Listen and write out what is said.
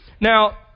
Now